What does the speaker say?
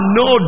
no